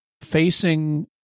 facing